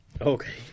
Okay